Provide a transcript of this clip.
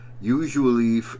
usually